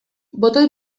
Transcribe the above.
botoi